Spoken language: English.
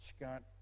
Scott